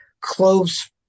close